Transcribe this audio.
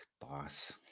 boss